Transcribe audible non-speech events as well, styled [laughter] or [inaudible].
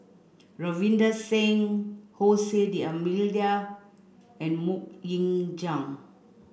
Ravinder Singh [unintelligible] D'almeida and Mok Ying Jang